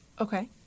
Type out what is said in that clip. Okay